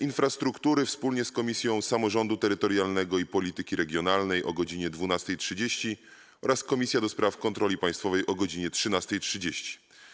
Infrastruktury wspólnie z Komisją Samorządu Terytorialnego i Polityki Regionalnej - o godz. 12.30, - do Spraw Kontroli Państwowej - o godz. 13.30.